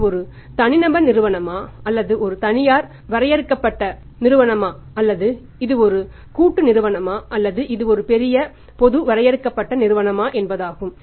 இது ஒரு தனிநபர் நிறுவனமா அல்லது ஒரு தனியார் வரையறுக்கப்பட்ட நிறுவனமா அல்லது அது ஒரு கூட்டு நிறுவனமா அல்லது அது ஒரு பெரிய பொது வரையறுக்கப்பட்ட நிறுவனமா என்பதாகும்